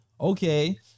Okay